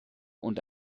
und